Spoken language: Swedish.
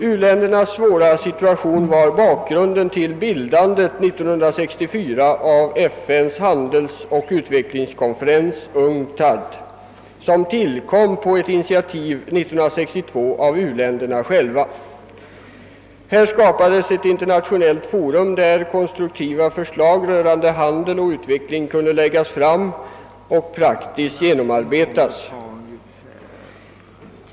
U-ländernas svåra situation var bakgrunden till bildandet 1964 av FN:s handelsoch = utvecklingskonferens, UNCTAD, som tillkom på ett initiativ från 1962 av u-länderna själva. Här skapades ett internationellt forum, där konstruktiva förslag rörande handel och utveckling kunde läggas fram och praktiskt genomarbetas.